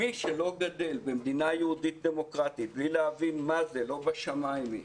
מי שלא גדל במדינה יהודית-דמוקרטית בלי להבין מה זה "לא בשמים היא"